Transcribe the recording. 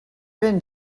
ben